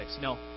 No